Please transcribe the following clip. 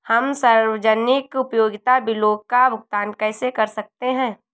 हम सार्वजनिक उपयोगिता बिलों का भुगतान कैसे कर सकते हैं?